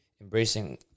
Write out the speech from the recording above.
embracing